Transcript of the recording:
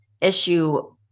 issue